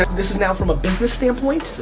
this is now from a business standpoint,